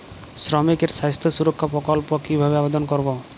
শ্রমিকের স্বাস্থ্য সুরক্ষা প্রকল্প কিভাবে আবেদন করবো?